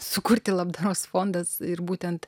sukurti labdaros fondas ir būtent